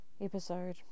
Episode